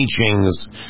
teachings